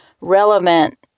relevant